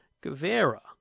Guevara